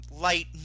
light